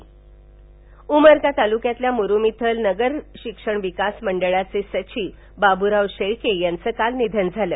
निधन उमरगा तालुक्यातील मुरूम येथील नगर शिक्षण विकास मंडळाचे सचिव बाबुराव शेळके यांचं काल निघन झालं